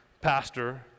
pastor